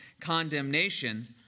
condemnation